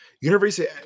University